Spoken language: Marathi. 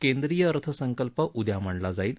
केंद्रीय अर्थसंकल्प उद्या मांडला जाईल